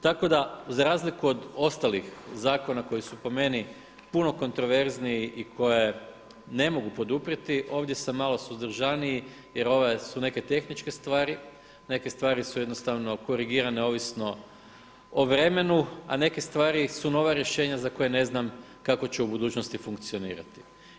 Tako da za razliku od ostalih zakona koji su po meni puno kontroverzniji i koje ne mogu poduprijeti, ovdje sam malo suzdržaniji jer ovo su neke tehničke stvari, neke su stvari jednostavno korigirane ovisno o vremenu, a neke stvari su nova rješenja za koja ne znam kako će u budućnosti funkcionirati.